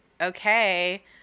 okay